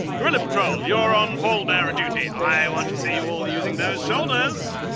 gorilla patrol, you're on pallbearer duty. i want to see you all using those shoulders!